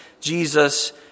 Jesus